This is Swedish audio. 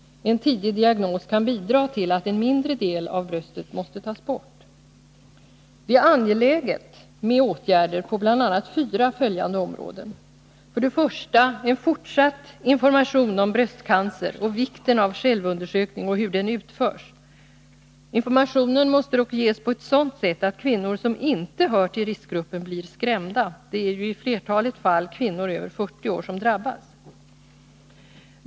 En tidig diagnos kan bidra till att endast en mindre del av bröstet måste tas bort. Det är angeläget med åtgärder på bl.a. fyra följande områden: 1. Fortsatt information om bröstcancer och vikten av självundersökning och hur den utförs. Informationen måste dock ges på ett sådant sätt att kvinnor som inte hör till riskgruppen inte blir skrämda. Det är ju i flertalet fall kvinnor över 40 år som drabbas. 2.